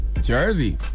Jersey